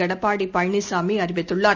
எடப்பாடி பழனிசாமி அறிவித்துள்ளார்